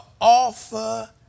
offer